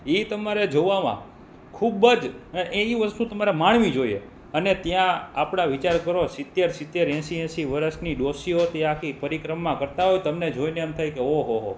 એ તમારે જોવામાં ખૂબ જ એ વસ્તુ તમારે માણવી જોઈએ અને ત્યાં આપણાં વિચાર કરો સિત્તેર સિત્તેર એંસી એંસી વરસની ડોશીઓ તે આખી પરિક્રમા કરતાં હોય તમને જોઈને એમ થાય કે ઓહોહો